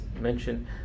mentioned